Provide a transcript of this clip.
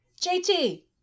JT